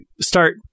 start